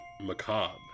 macabre